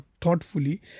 thoughtfully